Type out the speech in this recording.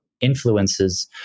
influences